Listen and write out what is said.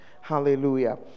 hallelujah